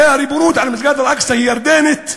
הרי הריבונות על מסגד אל-אקצא היא ירדנית,